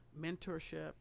mentorship